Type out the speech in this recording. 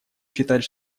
считать